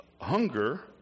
hunger